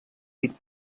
dit